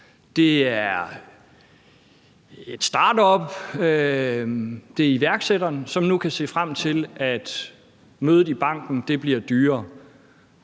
det er et startup, det er iværksætteren, som nu kan se frem til, at mødet i banken bliver dyrere.